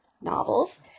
novels